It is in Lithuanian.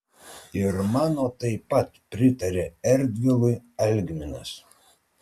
ir mano taip pat pritarė erdvilui algminas